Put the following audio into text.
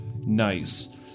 nice